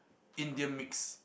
Indian mix